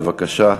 בבקשה.